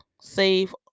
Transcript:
save